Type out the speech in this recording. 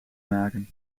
maken